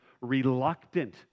reluctant